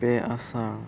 ᱯᱮ ᱟᱥᱟᱲ